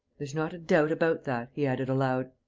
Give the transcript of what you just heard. there's not a doubt about that, he added, aloud.